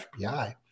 FBI